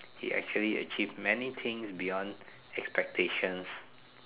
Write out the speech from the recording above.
he actually achieved many things beyond expectations